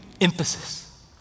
Emphasis